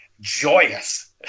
joyous